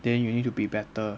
then you need to be better